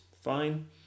fine